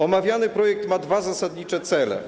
Omawiany projekt ma dwa zasadnicze cele.